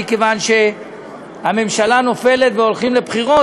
מכיוון שהממשלה נופלת והולכים לבחירות,